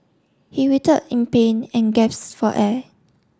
he writhed in pain and gasp for air